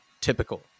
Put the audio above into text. typical